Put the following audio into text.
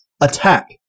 attack